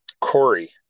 Corey